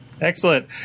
Excellent